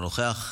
אינו נוכח.